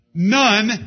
None